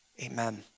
amen